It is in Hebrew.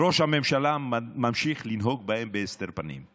ראש הממשלה ממשיך לנהוג בהם בהסתר פנים.